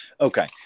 okay